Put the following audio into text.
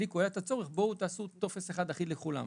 אליקו העלה את הצורך ואמר: תעשו טופס אחד אחיד לכולם.